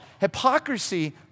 Hypocrisy